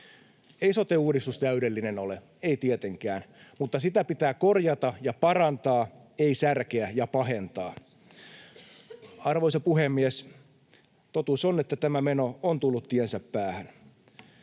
Ei sote-uudistus täydellinen ole, ei tietenkään, mutta sitä pitää korjata ja parantaa, ei särkeä ja pahentaa. Arvoisa puhemies! Totuus on, että tämä meno on tullut tiensä päähän.